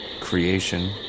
creation